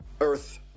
earth